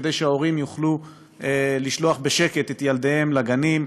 וכדי ההורים יוכלו לשלוח בשקט את ילדיהם לגנים,